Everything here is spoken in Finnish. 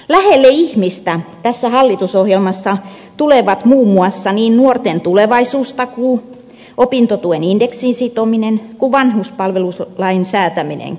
lähelle ihmistä tässä hallitusohjelmassa tulevat muun muassa niin nuorten tulevaisuustakuu opintotuen indeksiin sitominen kuin vanhuspalvelulain säätäminenkin